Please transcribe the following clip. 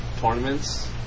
tournaments